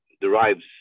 derives